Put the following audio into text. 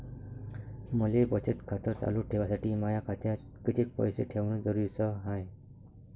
मले बचत खातं चालू ठेवासाठी माया खात्यात कितीक पैसे ठेवण जरुरीच हाय?